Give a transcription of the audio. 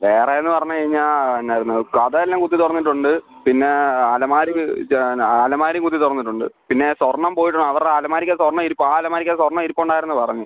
വേറെ എന്ന് പറഞ്ഞ് കഴിഞ്ഞാൽ എന്നായിരുന്നു കതക് എല്ലം കുത്തി തുറന്നിട്ടുണ്ട് പിന്നെ അലമാരി ജനൽ അലമാരി കുത്തി തുറന്നിട്ടുണ്ട് പിന്നെ സ്വർണ്ണം പോയിട്ടുണ്ട് അവരുടെ അലമാരിക്ക് സ്വർണ്ണം ഇരിപ്പ് ആ അലമാരിക്ക് സ്വർണ്ണം ഇരിപ്പുണ്ടായിരുന്നു എന്ന് പറഞ്ഞു